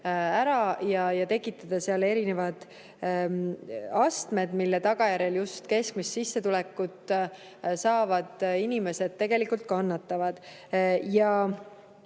ära ja tekitada erinevad astmed, mille tagajärjel just keskmist sissetulekut saavad inimesed tegelikult kannatavad.